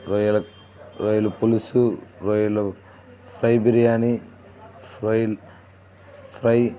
రొయ్యల రొయ్యల పులుసు రొయ్యల ఫ్రై బిర్యానీ ఫ్రై ఫ్రై